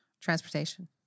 transportation